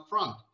upfront